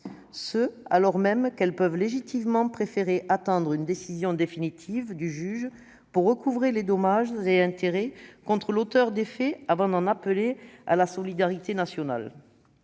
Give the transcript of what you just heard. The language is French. CIVI, alors même qu'elles peuvent légitimement préférer attendre une décision définitive du juge pour recouvrer les dommages et intérêts contre l'auteur des faits avant d'en appeler à la solidarité nationale.